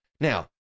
Now